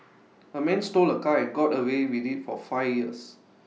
A man stole A car and got away with IT for five years